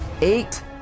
eight